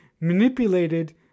manipulated